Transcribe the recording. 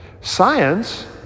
science